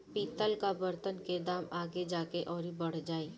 पितल कअ बर्तन के दाम आगे जाके अउरी बढ़ जाई